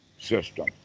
system